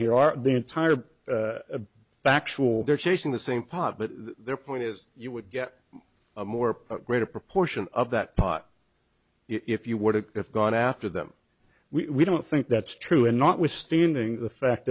here are the entire factual they're chasing the same pot but their point is you would get a more greater proportion of that pot if you would have gone after them we don't think that's true and notwithstanding the fact